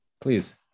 Please